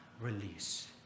release